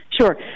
Sure